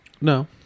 No